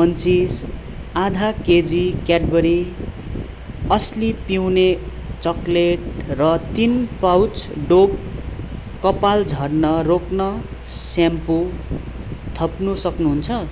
munchies आधा KG Cadbury असली पिउने चकलेट र तिन पाउच डोभ कपाल झर्न रोक्न स्याम्पो थप्नु सक्नुहुन्छ